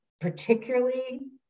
particularly